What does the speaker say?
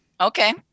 Okay